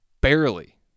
barely